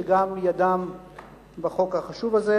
שגם ידם בחוק החשוב הזה,